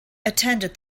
attended